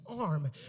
arm